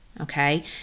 okay